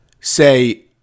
say